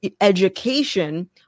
education